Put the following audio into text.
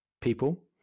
people